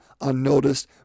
unnoticed